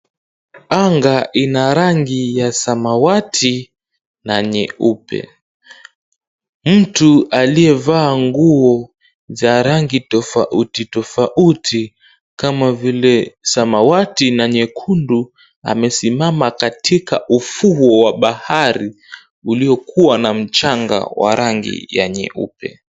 Anga ina rangi ya samawati na nyeupe. Mtu aliyevaa nguo za rangi tofauti tofauti kama vile samawati na nyekundu amesimama katika ufuo wa bahari uliokuwa na mchanga wa rangi ya nyeupe.